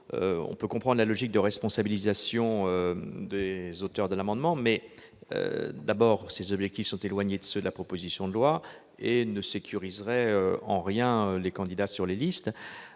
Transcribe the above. On peut comprendre la logique de responsabilisation recherchée par ses auteurs, mais ces objectifs sont éloignés de ceux de la proposition de loi et ne sécuriseraient en rien les candidats sur les listes.